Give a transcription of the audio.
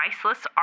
priceless